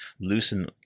loosen